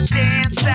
dance